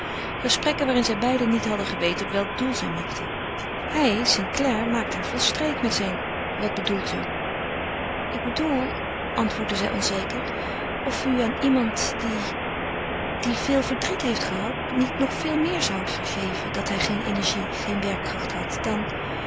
gesprekken waarin zij beiden niet hadden geweten op welk doel zij mikten hij st clare maakte haar van streek met zijn wat bedoelt u ik bedoel antwoordde zij onzeker of u aan iemand die die veel verdriet heeft gehad niet nog veel meer zoudt vergeven dat hij geen energie geen werkkracht had dan